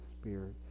spirit